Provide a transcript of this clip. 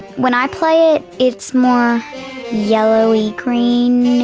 when i play it it's more yellowy-greenish.